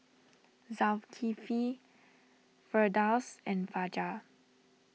Zulkifli Firdaus and Fajar